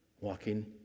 walking